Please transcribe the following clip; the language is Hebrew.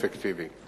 ושירות אפקטיבי.